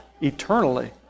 eternally